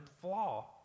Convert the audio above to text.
flaw